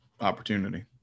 opportunity